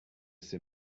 c’est